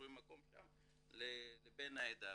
שומרים מקום שם לבן העדה,